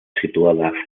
situada